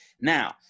Now